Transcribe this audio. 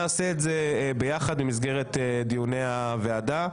נעשה ביחד את התיקונים במסגרת דיוני הוועדה,